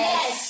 Yes